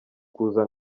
kuza